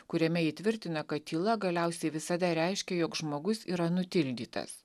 kuriame ji tvirtina kad tyla galiausiai visada reiškia jog žmogus yra nutildytas